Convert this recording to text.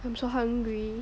I'm so hungry